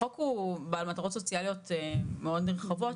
החוק הוא בעל מטרות סוציאליות מאוד נרחבות,